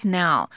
now